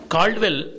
Caldwell